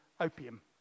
opium